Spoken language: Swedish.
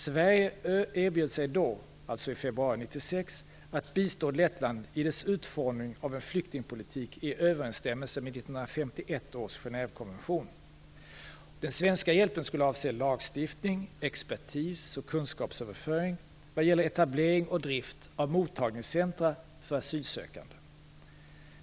Sverige erbjöd sig då, dvs. i februari 1996, att bistå Den svenska hjälpen skulle avse lagstiftning, expertis och kunskapsöverföring vad gäller etablering och drift av mottagningscentrum för asylsökande.